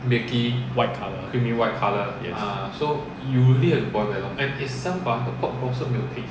white colour yes